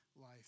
life